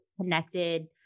connected